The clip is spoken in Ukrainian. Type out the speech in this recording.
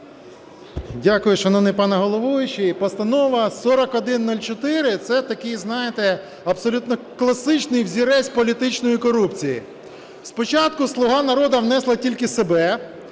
Дякую, шановний пане головуючий! Постанова 4104 – це такий, Знаєте, абсолютно класичний взірець політичної корупції. Спочатку "Слуга народу" внесли тільки себе.